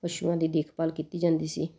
ਪਸ਼ੂਆਂ ਦੀ ਦੇਖਭਾਲ ਕੀਤੀ ਜਾਂਦੀ ਸੀ